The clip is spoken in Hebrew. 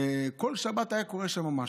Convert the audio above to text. בכל שבת היה קורה שם משהו,